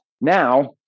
now